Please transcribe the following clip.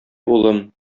улым